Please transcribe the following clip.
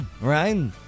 right